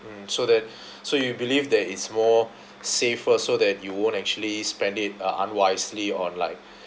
mm so that so you believe that is more safer so that you won't actually spend it uh unwisely on like